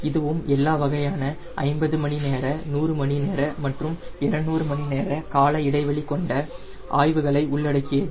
இதுவும் எல்லா வகையான 50 மணி நேர 100 மணி நேர மற்றும் 200 மணி நேர கால இடைவெளி கொண்ட ஆய்வுகளை உள்ளடக்கியது